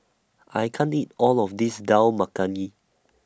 I can't eat All of This Dal Makhani